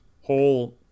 whole